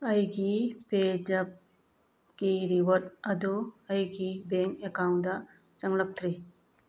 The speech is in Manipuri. ꯑꯩꯒꯤ ꯄꯦꯖꯦꯞꯀꯤ ꯔꯤꯋꯥꯔ꯭ꯗ ꯑꯗꯨ ꯑꯩꯒꯤ ꯕꯦꯡ ꯑꯦꯀꯥꯎꯟꯗ ꯆꯪꯂꯛꯇ꯭ꯔꯤ